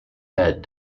head